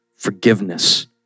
Forgiveness